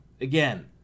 again